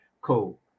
cool